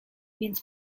więc